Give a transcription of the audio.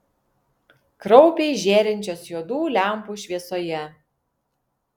kraupiai žėrinčios juodų lempų šviesoje